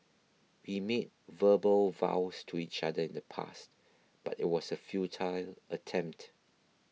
we made verbal vows to each other in the past but it was a futile attempt